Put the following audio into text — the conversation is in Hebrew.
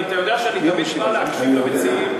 אתה יודע שאני תמיד בא להקשיב למציעים,